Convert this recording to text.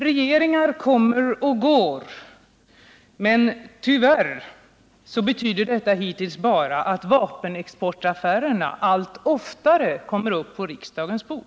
Regeringar kommer och går, men tyvärr har detta hittills bara betytt att vapenexportaffärerna allt oftare kommer upp på riksdagens bord.